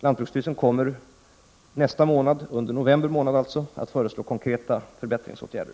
Lantbruksstyrelsen kommer under november månad att föreslå konkreta förbättringsåtgärder.